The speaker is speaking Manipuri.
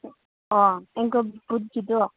ꯑꯣ ꯑꯦꯡꯀꯜ ꯕꯨꯠꯀꯤꯗꯣ